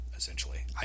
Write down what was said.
Essentially